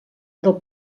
del